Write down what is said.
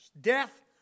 Death